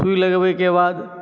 सूइ लगबैक बाद